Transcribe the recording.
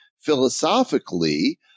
philosophically